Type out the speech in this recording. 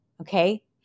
okay